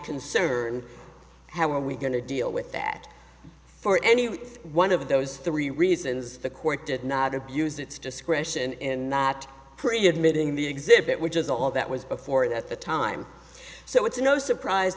concern how are we going to deal with that for any one of those three reasons the court did not abused its discretion in not pretty admitting the exhibit which is all that was before it at the time so it's no surprise